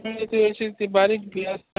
ना ती अशीं बारीक ही आसता न्हू